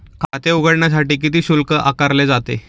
खाते उघडण्यासाठी किती शुल्क आकारले जाते?